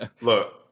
Look